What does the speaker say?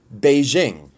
Beijing